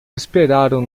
esperaram